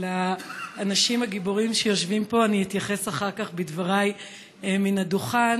לאנשים הגיבורים שיושבים פה אני אתייחס אחר כך בדבריי מן הדוכן.